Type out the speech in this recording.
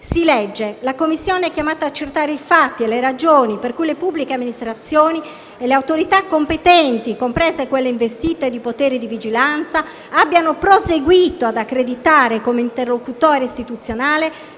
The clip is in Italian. Si legge che la Commissione è chiamata ad accertare i fatti e le ragioni «per cui le pubbliche amministrazioni e le autorità competenti interessate, comprese quelle investite di poteri di vigilanza, abbiamo proseguito ad accreditare come interlocutore istituzionale